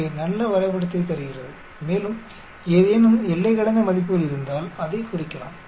எனவே நல்ல வரைபடத்தைத் தருகிறது மேலும் ஏதேனும் எல்லை கடந்த மதிப்புகள் இருந்தால் அதைக் குறிக்கலாம்